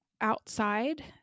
outside